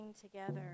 together